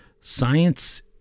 Science